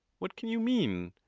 what can you mean?